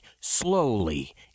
slowly